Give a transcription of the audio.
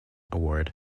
award